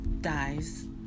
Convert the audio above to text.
dies